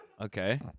okay